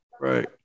Right